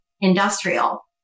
industrial